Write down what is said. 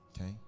Okay